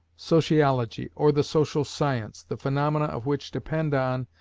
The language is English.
sociology, or the social science, the phaemomena, of which depend on,